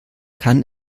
kann